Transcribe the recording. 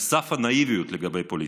על סף הנאיביות, לגבי פוליטיקה,